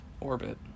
Orbit